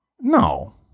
No